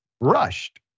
rushed